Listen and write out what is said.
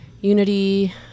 Unity